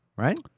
Right